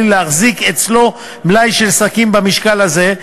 להחזיק אצלו מלאי של שקים במשקל הזה,